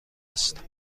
است